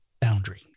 boundary